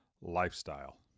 lifestyle